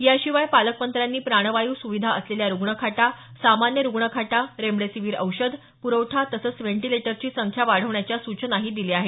या शिवाय पालकमंत्र्यांनी प्राणवायू सुविधा असलेल्या रुग्ण खाटा सामान्य रुग्णखाटा रेमडेसीवीर औषध प्रवठा तसंच व्हेंटीलेटरची संख्या वाढवण्याच्या सूचनाही दिल्या आहेत